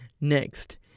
Next